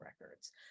records